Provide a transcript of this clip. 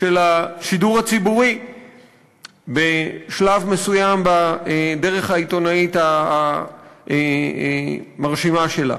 של השידור הציבורי בשלב מסוים בדרך העיתונאית המרשימה שלה,